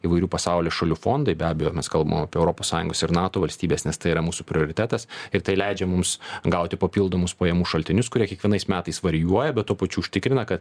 įvairių pasaulio šalių fondai be abejo mes kalbam apie europos sąjungos ir nato valstybes nes tai yra mūsų prioritetas ir tai leidžia mums gauti papildomus pajamų šaltinius kurie kiekvienais metais varijuoja bet tuo pačiu užtikrina kad